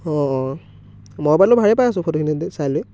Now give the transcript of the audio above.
অ' অ' মই বাৰু ভালে পাই আছো ফটোখিনি চাই লৈ